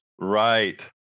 Right